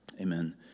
Amen